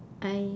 I